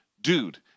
dude